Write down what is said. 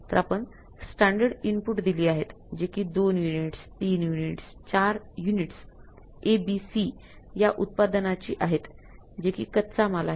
तर आपण standard input दिले आहे जे कि २ units ३ units ४ units A B C या उत्पादनाची आहेतजे कि कच्चा माल आहे